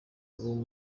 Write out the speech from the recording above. w’amaguru